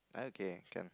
okay can